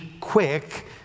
quick